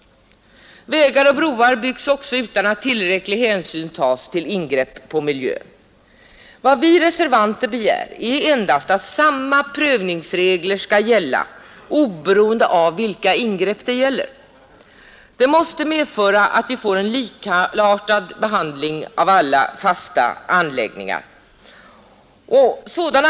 Vägar och broar byggs också utan att tillräcklig hänsyn tas till ingreppen i miljön. Vad vi reservanter begär är endast att samma prövningsregler skall gälla, oberoende av vilka ingrepp det är fråga om. Det måste medföra att vi får en likartad behandling av alla fasta anläggningar.